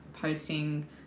posting